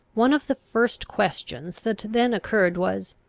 one of the first questions that then occurred was,